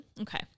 Okay